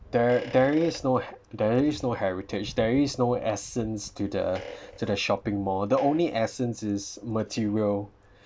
there there is no there is no heritage there is no essence to the to the shopping mall the only essence is material